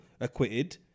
acquitted